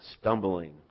stumbling